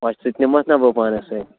ؤہۍ ژٕتہِ نِمتھ نا بہٕ پانس سۭتۍ